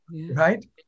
Right